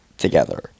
Together